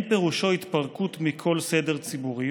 "אין פירושו התפרקות מכל סדר ציבורי,